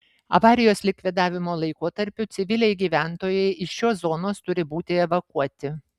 avarijos likvidavimo laikotarpiu civiliai gyventojai iš šios zonos turi būti evakuoti